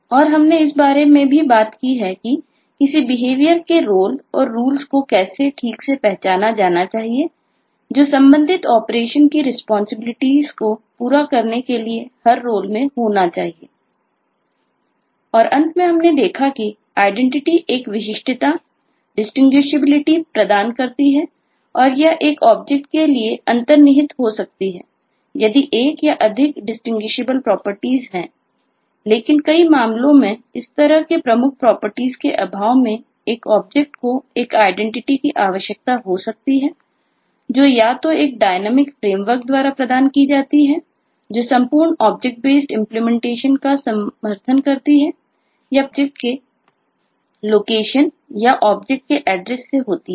और अंत में हमने देखा है कि आईडेंटिटी से होती है